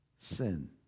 sin